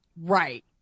Right